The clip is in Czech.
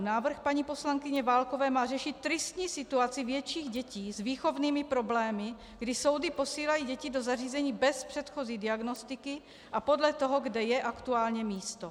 Návrh paní poslankyně Válkové má řešit tristní situaci větších dětí s výchovnými problémy, kdy soudy posílají děti do zařízení bez předchozí diagnostiky a podle toho, kde je aktuálně místo.